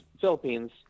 Philippines